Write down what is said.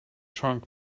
shrunk